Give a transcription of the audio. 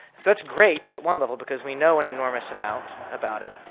so it's great at one level because we know an enormous amount about it,